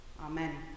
Amen